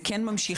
זה כן ממשיך,